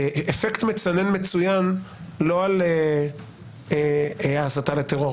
אפקט מצנן מצוין לא על הסתה לטרור.